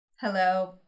Hello